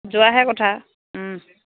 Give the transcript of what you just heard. যোৱাৰহে কথা